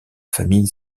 famille